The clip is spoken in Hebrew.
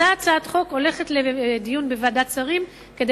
אותה הצעת חוק הולכת לדיון בוועדת שרים כדי